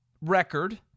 record